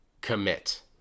commit